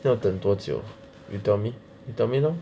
要等多久 you tell me you tell me now